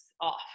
off